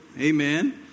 Amen